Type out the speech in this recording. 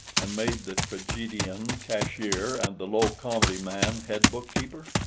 and made the tragedian cashier and the low-comedy man head book-keeper?